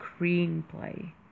screenplay